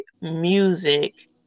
music